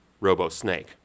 robo-snake